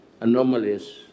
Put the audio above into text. anomalies